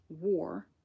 war